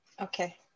Okay